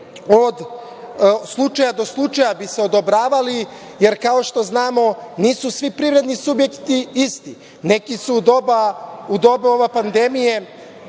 od slučaja do slučaja bi se odobravali. Kao što znamo nisu svi privredni subjekti isti, neki su u doba ove pandemije